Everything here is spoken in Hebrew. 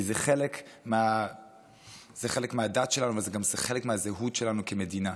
כי זה חלק מהדת שלנו וזה גם חלק מהזהות שלנו כמדינה.